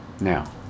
Now